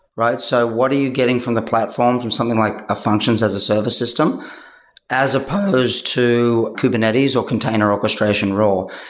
so what are you getting from the platforms from something like a functions as a service system as supposed to kubernetes or container orchestration role?